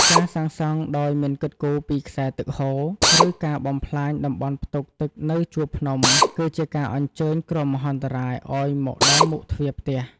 ការសាងសង់ដោយមិនគិតគូរពីខ្សែទឹកហូរ ឬការបំផ្លាញតំបន់ផ្ទុកទឹកនៅជួរភ្នំ គឺជាការអញ្ជើញគ្រោះមហន្តរាយឱ្យមកដល់មុខទ្វារផ្ទះ។